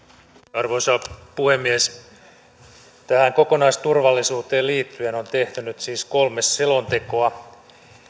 arvoisa puhemies tähän kokonaisturvallisuuteen liittyen on tehty nyt siis kolme selontekoa